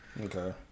Okay